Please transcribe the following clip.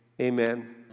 Amen